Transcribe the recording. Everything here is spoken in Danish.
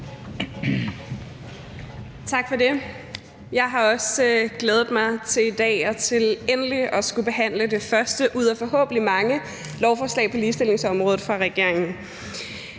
Tak for det. Jeg har også glædet mig til i dag og til endelig at skulle behandle det første ud af forhåbentlig mange lovforslag på ligestillingsområdet fra regeringen.